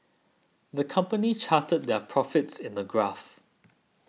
the company charted their profits in a graph